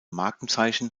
markenzeichen